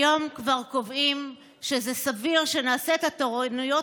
היום כבר קובעים שזה סביר שנעשה את התורנויות